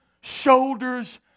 shoulders